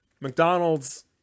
McDonald's